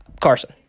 Carson